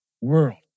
world